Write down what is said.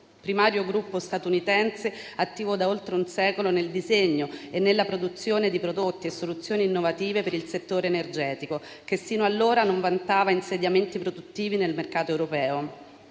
primario gruppo statunitense attivo da oltre un secolo nel disegno e nella produzione di prodotti e soluzioni innovative per il settore energetico, che sino ad allora non vantava insediamenti produttivi nel mercato europeo;